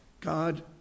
God